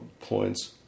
points